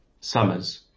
summers